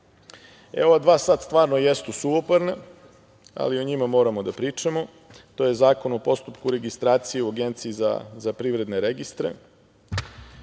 dva sad stvarno jesu suvoparna, ali i o njima moramo da pričamo. To je Zakon o postupku registracije u Agenciji za privredne registre.